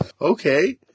Okay